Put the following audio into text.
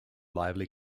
lively